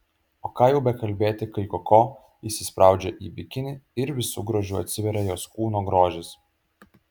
o ką jau bekalbėti kai koko įsispraudžia į bikinį ir visu grožiu atsiveria jos kūno grožis